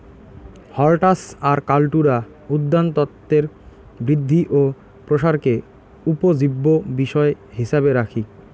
হরটাস আর কাল্টুরা উদ্যানতত্বের বৃদ্ধি ও প্রসারকে উপজীব্য বিষয় হিছাবে রাখি